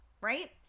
right